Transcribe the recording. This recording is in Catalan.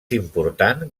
important